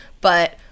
but-